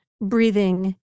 breathing